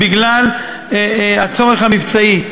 בגלל הצורך המבצעי.